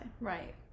right